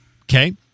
Okay